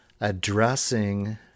addressing